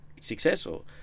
successful